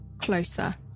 closer